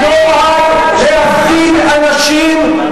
מותרים.